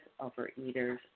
overeaters